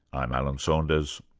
i'm alan saunders,